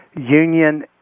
Union